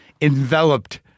enveloped